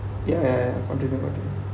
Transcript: ya ya ya continue